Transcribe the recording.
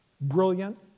brilliant